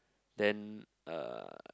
then uh